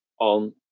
on